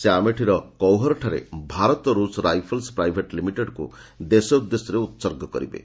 ସେ ଆମେଠିର କୌହରଠାରେ ଭାରତ ରୁଷ ରାଇଫଲ୍ସ ପ୍ରାଇଭେଟ ଲିମିଟେଡକୁ ଦେଶ ଉଦ୍ଦେଶ୍ୟରେ ଉତ୍ଗର୍ଗ କରିବେ